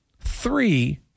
Three